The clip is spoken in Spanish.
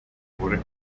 mejores